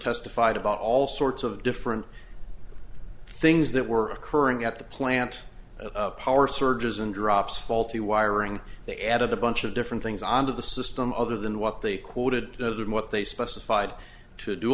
testified about all sorts of different things that were occurring at the plant power surges and drops faulty wiring they added a bunch of different things onto the system other than what they quoted of them what they specified to d